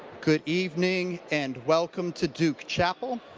good evening. and welcome to duke chapel.